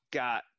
got